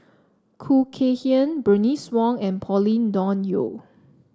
Khoo Kay Hian Bernice Wong and Pauline Dawn Loh